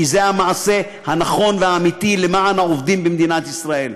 כי זה המעשה הנכון והאמיתי למען העובדים במדינת ישראל.